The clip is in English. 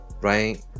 right